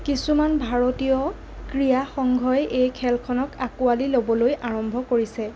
কিছুমান ভাৰতীয় ক্ৰীড়া সংঘই এই খেলখনক আঁকোৱালি ল'বলৈ আৰম্ভ কৰিছে